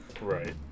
Right